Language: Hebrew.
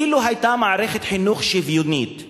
אילו היתה מערכת חינוך שוויונית,